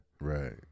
Right